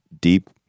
deep